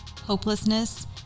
hopelessness